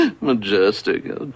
majestic